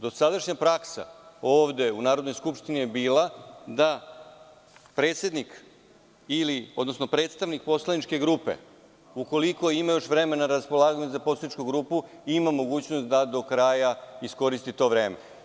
Dosadašnja praksa ovde u Narodnoj skupštini je bila da predsednik, odnosno predstavnik poslaničke grupe, ukoliko ima još vremena na raspolaganju za poslaničku grupu, ima mogućnost da do kraja iskoristi to vreme.